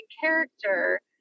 character